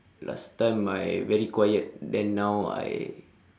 last time I very quiet then now I